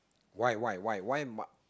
why why why why ma